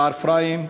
שער-אפרים,